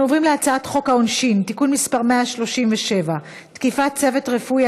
אנחנו עוברים להצעת חוק העונשין (תיקון מס' 137) (תקיפת צוות רפואי),